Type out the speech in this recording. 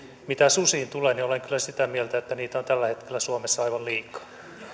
mitä susiin tulee niin olen kyllä sitä mieltä että niitä on tällä hetkellä suomessa aivan liikaa